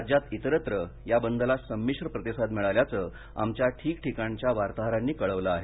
राज्यात इतरत्र या बंद ला संमिश्र प्रतिसाद मिळाल्याचं आमच्या ठिकठीकाणच्या वार्ताहरांनी कळवलं आहे